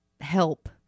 help